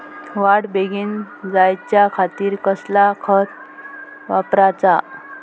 वाढ बेगीन जायच्या खातीर कसला खत वापराचा?